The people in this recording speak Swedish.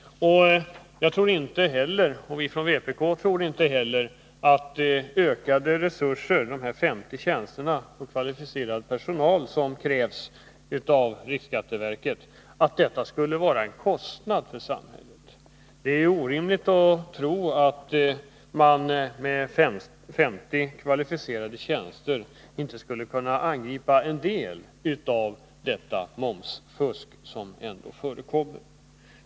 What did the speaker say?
Inom vpk tror vi inte att ökade resurser i form av de 50 tjänsterna för kvalificerad personal som krävs av riksskatteverket skulle vara en kostnad för samhället. Det är orimligt att tro att man med 50 kvalificerade tjänster inte skulle kunna angripa en del av det momsfusk som förekommer.